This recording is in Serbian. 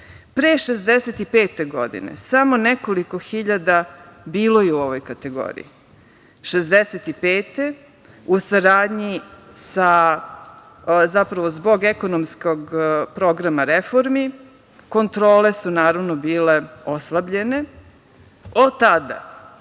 pre 1965. godine samo nekoliko hiljada bilo je u ovoj kategoriji, 1965. godine u saradnji zbog ekonomskog programa reformi kontrole su naravno bile oslabljene, od tada,